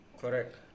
Correct